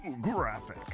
Graphic